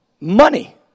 money